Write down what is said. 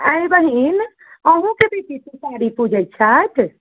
आँय ये बहीन अहुँके बेटी तुसारी पूजैत छथि